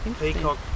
peacock